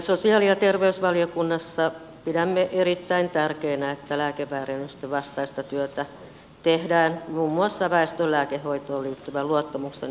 sosiaali ja terveysvaliokunnassa pidämme erittäin tärkeänä että lääkeväärennösten vastaista työtä tehdään muun muassa väestön lääkehoitoon liittyvän luottamuksen ylläpitämisen kannalta